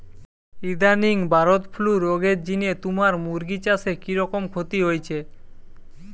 ইদানিং bird flu রগের জিনে তুমার মুরগি চাষে কিরকম ক্ষতি হইচে?